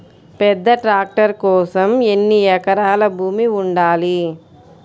పెద్ద ట్రాక్టర్ కోసం ఎన్ని ఎకరాల భూమి ఉండాలి?